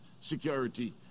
security